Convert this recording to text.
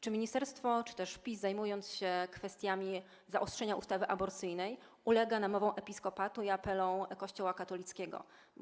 Czy ministerstwo czy też PiS, zajmując się kwestiami zaostrzenia ustawy aborcyjnej, ulega namowom Episkopatu Polski i apelom Kościoła katolickiego?